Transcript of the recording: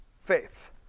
faith